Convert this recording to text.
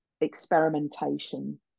experimentation